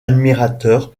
admirateur